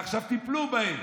ועכשיו טיפלו בהם,